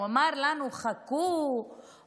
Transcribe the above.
הוא אמר לנו: חכו,